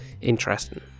interesting